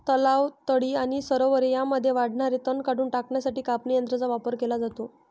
तलाव, तळी आणि सरोवरे यांमध्ये वाढणारे तण काढून टाकण्यासाठी कापणी यंत्रांचा वापर केला जातो